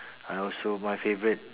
I also my favourite